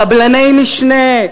קבלני משנה,